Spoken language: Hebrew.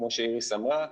כמו שאיריס אמרה,